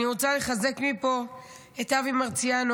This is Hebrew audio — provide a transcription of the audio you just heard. אני רוצה לחזק מפה את אבי מרציאנו,